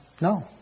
No